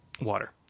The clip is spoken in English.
water